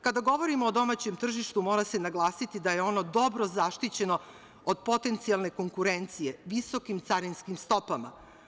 Kada govorimo o domaćem tržištu, mora se naglasiti da je ono dobro zaštićeno od potencijalne konkurencije visokim carinskim stopama.